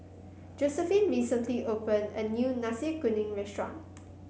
Josephine recently opened a new Nasi Kuning Restaurant